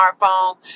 smartphone